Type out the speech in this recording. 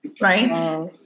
Right